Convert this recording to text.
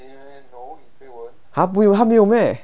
!huh! 不会她没有 meh